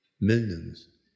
millions